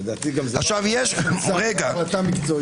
לדעתי זו החלטה מקצועית.